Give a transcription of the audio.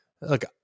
look